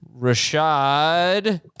rashad